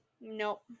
Nope